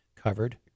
covered